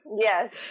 Yes